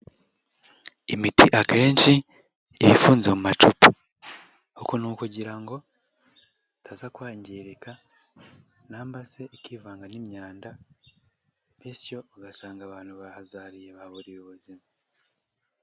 Imiti akenshi iba ifunze mu macupa, uku ni ukugira ngo itaza kwangirika nambase ikivanga n'imyanda bityo ugasanga abantu bahazahariye bahaburiye ubuzima.